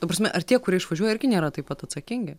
ta prasme ar tie kurie išvažiuoja irgi nėra taip pat atsakingi